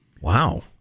Wow